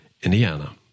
Indiana